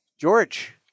George